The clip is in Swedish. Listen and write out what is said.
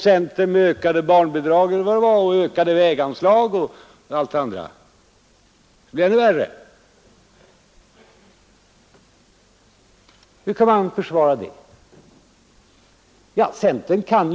Centern begär ökade barnbidrag, ökade väganslag m, m., Då blir allt ännu värre, Hur kan man försvara ett sådant handlande?